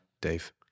Dave